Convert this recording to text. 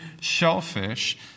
shellfish